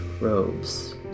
robes